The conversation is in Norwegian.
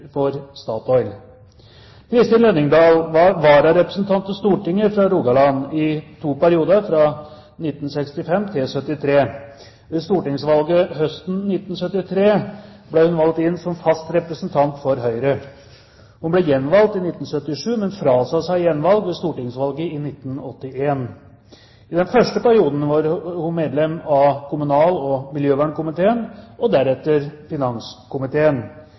Statoil. Kristin Lønningdal var vararepresentant til Stortinget for Rogaland i to perioder, fra 1965 til 1973. Ved stortingsvalget høsten 1973 ble hun valgt inn som fast representant for Høyre. Hun ble gjenvalgt i 1977, men frasa seg gjenvalg ved stortingsvalget i 1981. I den første perioden var hun medlem av kommunal- og miljøvernkomiteen og deretter finanskomiteen.